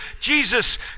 Jesus